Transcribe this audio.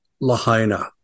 Lahaina